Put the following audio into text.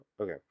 Okay